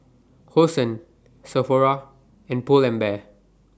Hosen Sephora and Pull and Bear